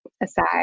aside